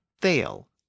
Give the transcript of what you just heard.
fail